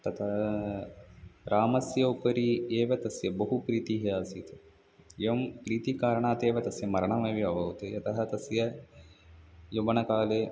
तथा रामस्य उपरि एव तस्य बहु प्रीतिः आसीत् एवं प्रीत्याः कारणादेव तस्य मरणमपि अभवत् तस्य यौवनकाले